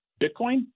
Bitcoin